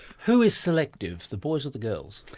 who is selective, the boys or the girls?